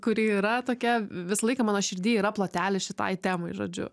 kuri yra tokia visą laiką mano širdy yra plotelis šitai temai žodžiu